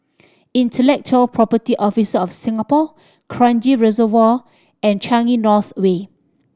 Intellectual Property Office of Singapore Kranji Reservoir and Changi North Way